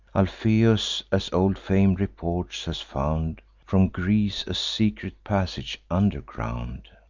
alpheus, as old fame reports, has found from greece a secret passage under ground,